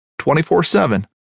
24-7